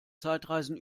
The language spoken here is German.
zeitreisen